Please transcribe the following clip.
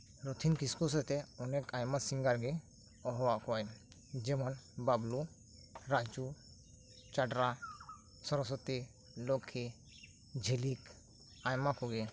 ᱨᱚᱛᱷᱤᱱ ᱠᱤᱥᱠᱩ ᱥᱮᱫ ᱛᱮ ᱚᱱᱮᱠ ᱟᱭᱢᱟ ᱥᱤᱝᱜᱟᱨ ᱜᱮ ᱦᱚᱣᱟᱫ ᱠᱚᱣᱟᱭ ᱡᱮᱢᱚᱱ ᱵᱟᱵᱞᱩ ᱨᱟᱡᱩ ᱪᱟᱰᱨᱟ ᱥᱚᱨᱚᱥᱚᱛᱤ ᱞᱚᱠᱷᱤ ᱡᱷᱤᱞᱤᱠ ᱟᱭᱢᱟᱠᱚᱜᱮ